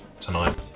tonight